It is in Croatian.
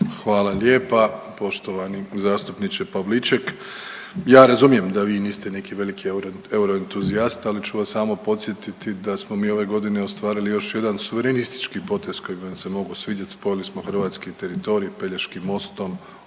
Hvala lijepa poštovani zastupniče Pavliček. Ja razumijem da vi niste neki veliki euro entuzijasta ali ću vas samo podsjetiti da smo mi ove godine ostvarili još jedan suverenistički potez koji bi vam se mogao svidjeti, spojili smo hrvatski teritorij Pelješkim mostom.